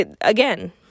again